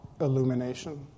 illumination